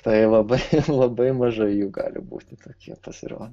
tai labai labai mažai jų gali būti tokie pasirodo